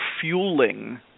fueling